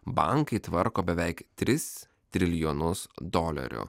bankai tvarko beveik tris trilijonus dolerių